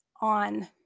on